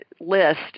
list